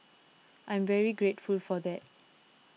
I'm very grateful for that